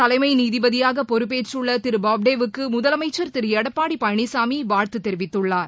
தலைமை நீதிபதியாக பொறுப்பேற்றுள்ள திரு பாப்டே வுக்கு முதலமைச்சர் திரு எடப்பாடி பழனிசாமி வாழ்த்து தெரிவித்துள்ளார்